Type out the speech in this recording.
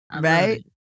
Right